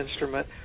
instrument